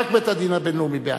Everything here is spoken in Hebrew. רק בית-הדין הבין-לאומי בהאג.